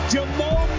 Jamal